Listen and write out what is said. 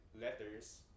letters